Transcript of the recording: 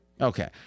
Okay